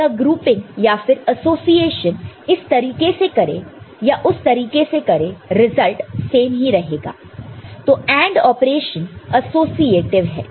तो यह ग्रुपिंग या फिर एसोसिएशन इस तरीके से करें या उस तरीके से करें रिजल्ट सेम ही रहेगा तो AND ऑपरेशन एसोसिएटीव है